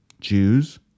Jews